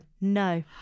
no